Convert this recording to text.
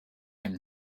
him